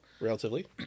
relatively